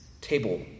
table